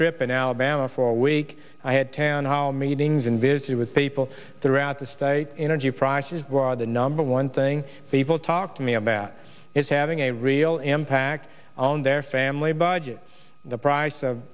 trip in alabama for a week i had town hall meetings and visit with people throughout the state energy prices was the number one thing people talked to me about is having a real impact on their family budgets the price of